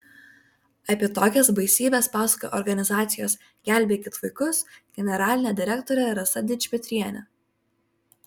apie tokias baisybes pasakoja organizacijos gelbėkit vaikus generalinė direktorė rasa dičpetrienė